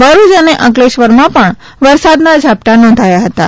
ભરૂચ અને અંકલેશ્વરમાં પણ વરસાદનાં ઝાપટાં નોંધાયા હતાં